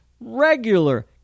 regular